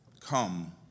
Come